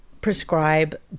prescribe